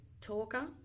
talker